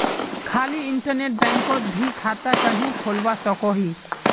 खाली इन्टरनेट बैंकोत मी खाता कन्हे खोलवा सकोही?